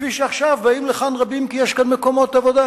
כפי שעכשיו באים לכאן רבים כי יש כאן מקומות עבודה,